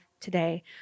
today